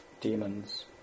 demons